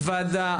דיון,